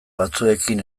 batzuekin